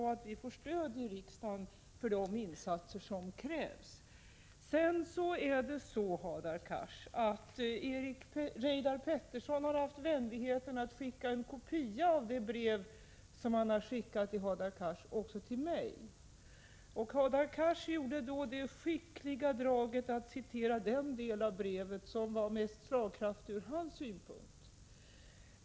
1986/87:73 riksdagen för de insatser som krävs. 17 februari 1987 Till Hadar Cars vill jag säga att Reidar Pettersson har haft vänligheten att skicka en kopia också till mig av det brev som han har skickat till Hadar Cars. Hadar Cars gjorde det skickliga draget att citera den del av brevet som var mest slagkraftig från hans synpunkt.